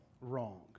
wrong